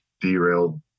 derailed